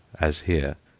as here,